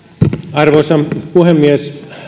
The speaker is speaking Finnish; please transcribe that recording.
arvoisa puhemies